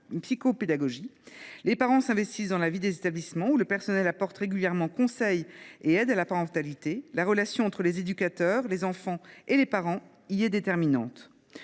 la psychopédagogie. Les parents s’investissent dans la vie des établissements, le personnel leur apportant régulièrement conseils et aides à la parentalité. La relation entre les éducateurs, les enfants et les parents y est déterminante.